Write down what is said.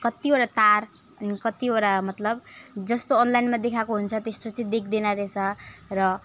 कतिवटा तार कतिवटा मतलब जस्तो अनलाइनमा देखाएको हुन्छ त्यस्तो चाहिँ देख्दैन रहेछ र